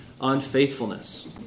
unfaithfulness